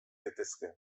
daitezke